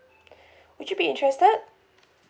would you be interested